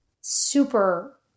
super